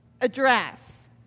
address